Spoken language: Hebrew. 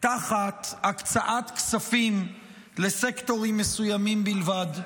תחת הקצאת כספים לסקטורים מסוימים בלבד.